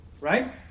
right